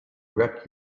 wreck